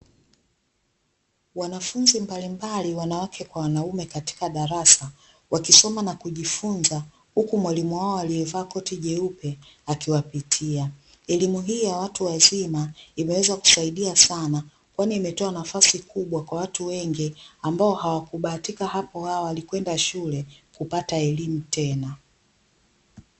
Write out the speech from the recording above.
Wanafunzi mbalimbali wanawake kwa wanaume katika darasa, wakisoma na kujifunza huku mwalimu wao aliyevaa koti jeupe akiwapitia, elimu hii ya watu wazima imeweza kusaidia sana kwani imetoa nafasi kubwa kwa watu wengi ambao hawakubahatika hapo awali kwenda shule kupata elimu tena.